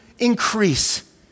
increase